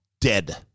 dead